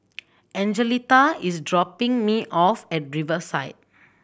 Angelita is dropping me off at Riverside